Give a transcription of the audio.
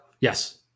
Yes